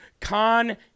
Con